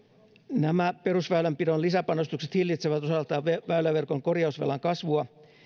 nämä perusväylänpidon lisäpanostukset hillitsevät osaltaan väyläverkon korjausvelan kasvua